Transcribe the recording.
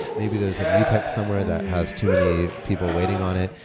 maybe there's a mutex somewhere that has too many people waiting on it.